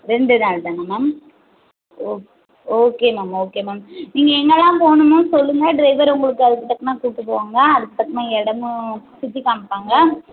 ரெண்டு நாள் தானே ma'am okay okay ma'am okay ma'am நீங்கள் எங்கெல்லாம் போகணுமோ மேம் சொல்லுங்கள் ட்ரைவர் உங்கள அதுக்கு தக்கன கூட்டி போவாங்க அதுக்கு தக்கன இடமும் சுற்றி காமிப்பாங்க